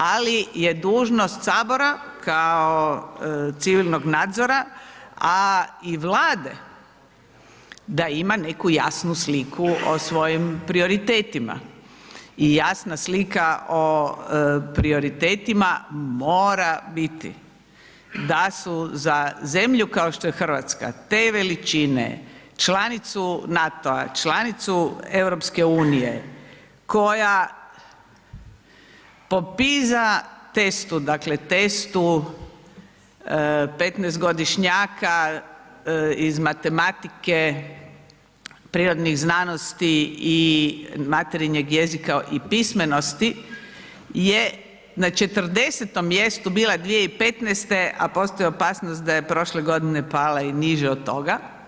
Ali je dužnost sabora kao civilnog nadzora, a i Vlade da ima neku jasnu sliku o svojim prioritetima i jasna slika o prioritetima mora biti da su za zemlju kao što je Hrvatska te veličine, članicu NATO-a, članicu EU koja po PISA testu, dakle testu 15 godišnjaka iz matematike, prirodnih znanosti i materinjeg jezika i pismenosti je na 40 mjestu bila 2015., a postoji opasnost da je prošle godine pala i niže od toga.